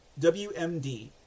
WMD